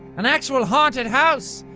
an actual haunted house!